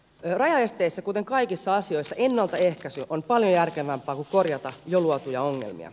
rajaesteissä kuten kaikissa asioissa ennaltaehkäisy on paljon järkevämpää kuin korjata jo luotuja ongelmia